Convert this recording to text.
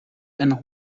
and